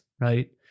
right